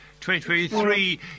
2023